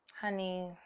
honey